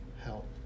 Help